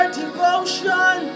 devotion